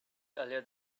earlier